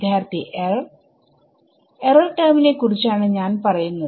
വിദ്യാർത്ഥി error error ടെർമിനെകുറിച്ചാണ് ഞാൻ പറയുന്നത്